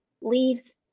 leaves